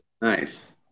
Nice